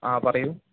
ആ പറയൂ